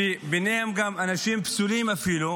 שביניהם גם אנשים פסולים אפילו,